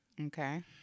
Okay